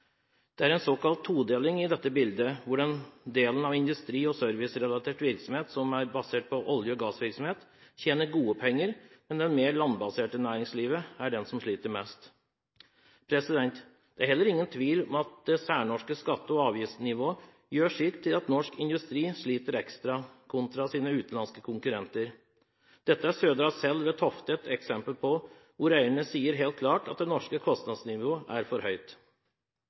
Det er en såkalt todeling i dette bildet, hvor den delen av industri- og servicerelatert virksomhet som er basert på olje- og gassvirksomhet, tjener gode penger, mens det mer landbaserte næringslivet er det som sliter mest. Det er heller ingen tvil om at det særnorske skatte- og avgiftsnivået gjør sitt til at norsk industri sliter ekstra kontra sine utenlandske konkurrenter. Dette er Södra Cell ved Tofte et eksempel på, hvor eierne sier helt klart at det norske kostnadsnivået er for høyt.